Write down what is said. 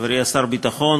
חברי שר הביטחון,